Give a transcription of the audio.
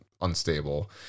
unstable